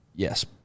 Yes